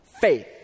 Faith